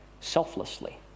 selflessly